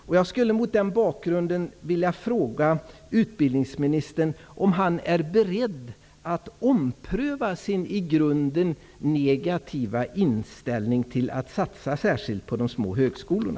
Mot den bakgrunden skulle jag vilja fråga utbildningsministern om han är beredd att ompröva sin i grunden negativa inställning till att satsa särskilt på de små högskolorna.